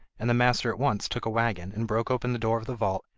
and the master at once took a waggon, and broke open the door of the vault,